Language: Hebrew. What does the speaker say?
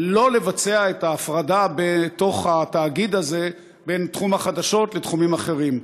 לא לבצע את ההפרדה בתוך התאגיד הזה בין תחום החדשות לתחומים אחרים.